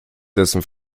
dessen